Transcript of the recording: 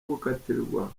gukatirwa